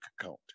account